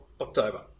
October